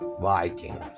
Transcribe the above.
Viking